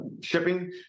shipping